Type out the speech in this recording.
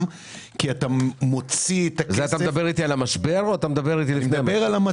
אתה מדבר על תקופת המשבר או על לפני המשבר?